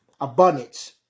abundance